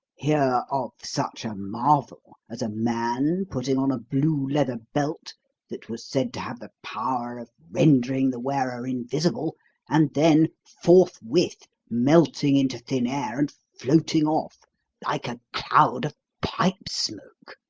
hear of such a marvel as a man putting on a blue leather belt that was said to have the power of rendering the wearer invisible and then forthwith melting into thin air and floating off like a cloud of pipe smoke?